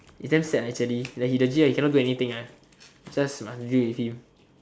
he damn sad ah actually like he the g_l he cannot do anything ah just must deal with him